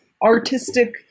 artistic